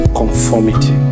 conformity